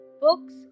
books